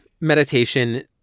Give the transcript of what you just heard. meditation